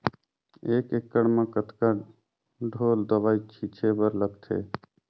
एक एकड़ म कतका ढोल दवई छीचे बर लगथे?